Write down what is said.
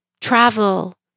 Travel